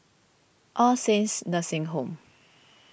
All Saints Nursing Home